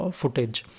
footage